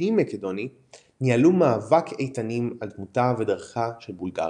הפנים-מקדוני – ניהלו מאבק איתנים על דמותה ודרכה של בולגריה.